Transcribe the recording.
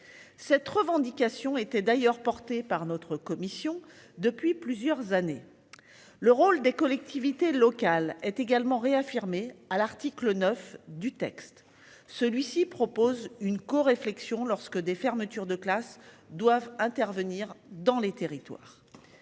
Cette revendication était d'ailleurs porté par notre commission depuis plusieurs années. Le rôle des collectivités locales est également réaffirmé à l'article 9 du texte. Celui-ci propose une co-réflexion lorsque des fermetures de classes doivent intervenir dans les territoires.